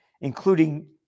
including